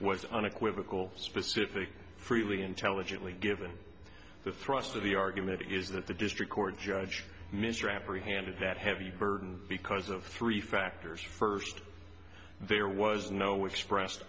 was unequivocal specific freely intelligently given the thrust of the argument is that the district court judge mr appleby handed that heavy burden because of three factors first there was no with expressed